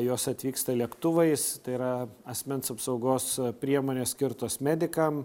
jos atvyksta lėktuvais tai yra asmens apsaugos priemonės skirtos medikam